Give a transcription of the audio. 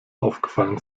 aufgefallen